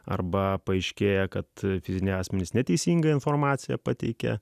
arba paaiškėja kad fiziniai asmenys neteisingą informaciją pateikė